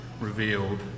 revealed